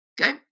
okay